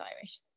Irish